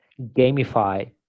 gamify